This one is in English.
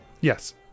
Yes